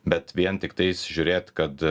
bet vien tiktais žiūrėti kad